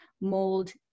mold